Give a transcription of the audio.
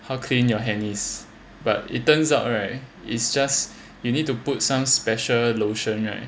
how clean your hand is but it turns out right it's just you need to put some special lotion right